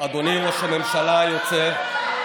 אדוני ראש הממשלה היוצא,